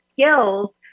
skills